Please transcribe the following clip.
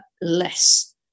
less